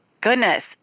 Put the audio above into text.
goodness